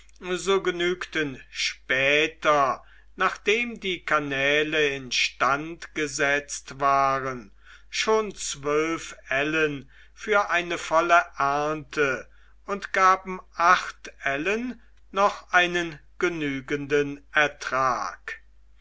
so genügten später nachdem die kanäle in stand gesetzt waren schon zwölf ellen für eine volle ernte und gaben acht ellen noch einen genügenden ertrag